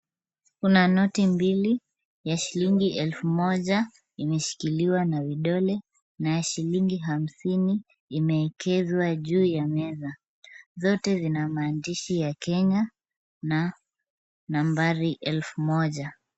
Kuna noti mbili ya shilingi elfu moja imeshikiliwa na vidole na ya shilingi hamsini emeekezwa juu ya meza. Zote zina maandishi ya Kenya na nambari elfu moja.